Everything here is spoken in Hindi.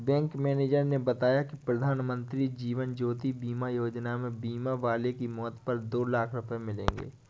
बैंक मैनेजर ने बताया कि प्रधानमंत्री जीवन ज्योति बीमा योजना में बीमा वाले की मौत पर दो लाख रूपये मिलेंगे